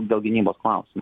dėl gynybos klausimų